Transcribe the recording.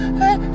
hey